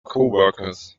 coworkers